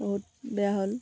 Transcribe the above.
বহুত বেয়া হ'ল